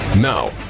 Now